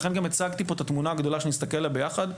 לכן גם הצגתי פה את התמונה הגדולה שנסתכל עליה ביחד.